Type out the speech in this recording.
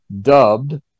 dubbed